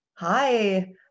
Hi